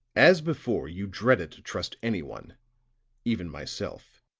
as before you dreaded to trust anyone even myself.